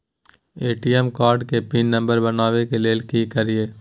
ATM card के PIN number बनाबै के लेल की करिए?